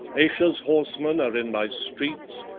ayesha's horsemen are in my streets,